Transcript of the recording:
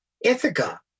Ithaca